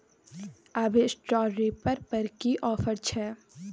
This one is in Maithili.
अभी स्ट्रॉ रीपर पर की ऑफर छै?